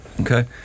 Okay